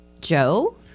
Joe